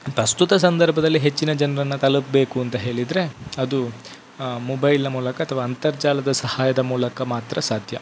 ಪ್ರಸುತ ಸಂದರ್ಭದಲ್ಲಿ ಹೆಚ್ಚಿನ ಜನ್ರನ್ನು ತಲಪಬೇಕು ಅಂತ ಹೇಳಿದ್ರೆ ಅದು ಮೊಬೈಲಿನ ಮೂಲಕ ಅಥವಾ ಅಂತರ್ಜಾಲದ ಸಹಾಯದ ಮೂಲಕ ಮಾತ್ರ ಸಾಧ್ಯ